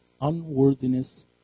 Unworthiness